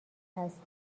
هستم